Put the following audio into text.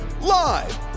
live